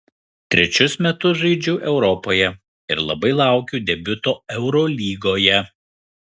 trečius metus žaidžiu europoje ir labai laukiu debiuto eurolygoje